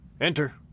Enter